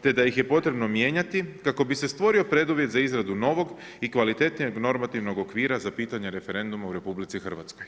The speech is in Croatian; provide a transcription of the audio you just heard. Te da ih je potrebno mijenjati, kako bi se stvorio preduvjet za izradu novog i kvalitetnijeg normativnog okvira za pitanje referenduma u RH.